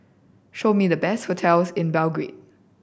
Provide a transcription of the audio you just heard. show me the best hotels in Belgrade